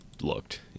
looked